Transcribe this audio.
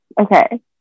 Okay